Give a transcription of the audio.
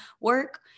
work